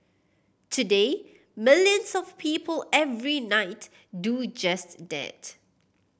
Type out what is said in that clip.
today millions of people every night do just that